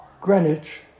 Greenwich